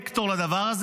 הוא הקטר של המדינה,